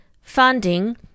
funding